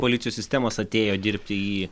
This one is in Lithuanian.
policijų sistemos atėjo dirbti į